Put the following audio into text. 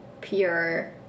pure